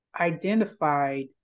identified